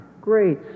Great